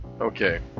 okay